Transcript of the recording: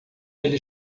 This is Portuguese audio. ele